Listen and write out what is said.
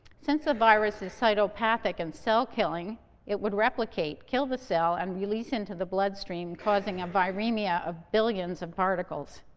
since the virus is cytopathic and cell killing it would replicate, kill the cell, and release into the bloodstream, causing a viremia of billions of particles.